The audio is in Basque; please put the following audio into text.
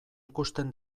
ikusten